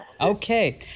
Okay